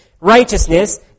righteousness